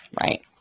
Right